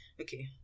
okay